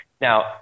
Now